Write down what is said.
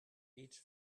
each